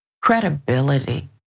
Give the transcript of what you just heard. credibility